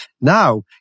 Now